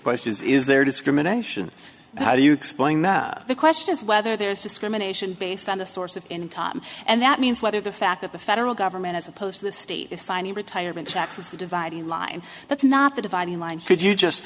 question is is there discrimination how do you explain that the question is whether there's discrimination based on a source of income and that means whether the fact that the federal government as opposed to the state is signing retirement checks is the dividing line that's not the dividing line could you just